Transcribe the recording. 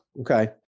okay